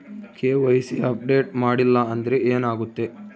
KYC update ಮಾಡಿಲ್ಲ ಅಂದ್ರೆ ಏನಾಗುತ್ತೆ?